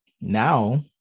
now